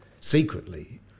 secretly